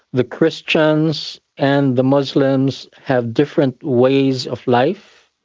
the christians and the muslims have different ways of life,